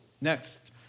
Next